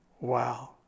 Wow